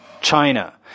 China